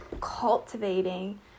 cultivating